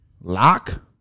Lock